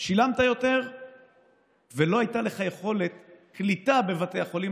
שילמת יותר ולא הייתה לך יכולת קליטה בבתי החולים,